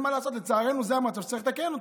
אין מה לעשות, לצערנו זה מצב שצריך לתקן אותו.